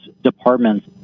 departments